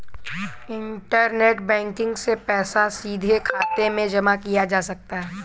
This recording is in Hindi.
इंटरनेट बैंकिग से पैसा सीधे खाते में जमा किया जा सकता है